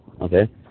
okay